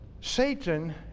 Satan